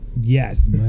yes